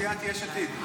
מול סיעת יש עתיד.